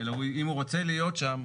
הוא רוצה להיות שם,